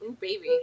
baby